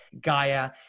Gaia